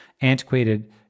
antiquated